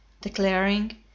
declaring